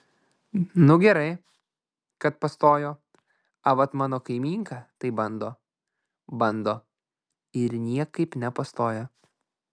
nu gerai kad pastojo a vat mano kaimynka tai bando bando ir niekap nepastoja